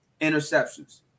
interceptions